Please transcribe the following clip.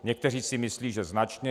Někteří si myslí, že značně.